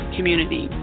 Community